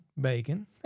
bacon